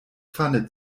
pfanne